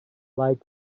like